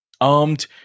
Armed